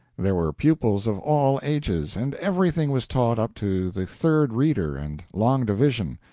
there were pupils of all ages, and everything was taught up to the third reader and long division.